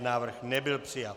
Návrh nebyl přijat.